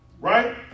right